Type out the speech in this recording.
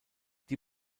die